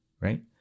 right